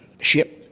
ship